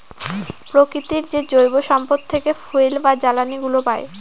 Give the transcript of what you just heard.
প্রকৃতির যে জৈব সম্পদ থেকে ফুয়েল বা জ্বালানিগুলো পাই